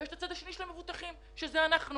ויש את הצד השני של המבוטחים, שזה אנחנו.